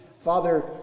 Father